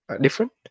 different